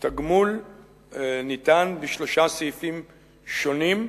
התגמול ניתן בשלושה סעיפים שונים,